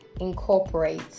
incorporate